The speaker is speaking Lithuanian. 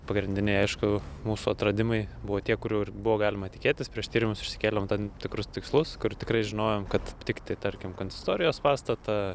pagrindiniai aišku mūsų atradimai buvo tie kurių ir buvo galima tikėtis prieš tyrimus išsikėlėm tam tikrus tikslus kur tikrai žinojom kad aptikti tarkim konsistorijos pastatą